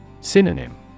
Synonym